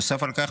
נוסף על כך,